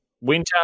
Winter